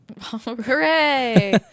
Hooray